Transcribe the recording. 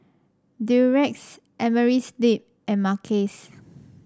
Durex Amerisleep and Mackays